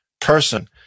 person